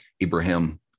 Abraham